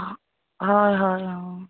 হয় হয় অঁ